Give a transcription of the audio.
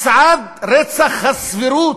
מצעד רצח הסבירות,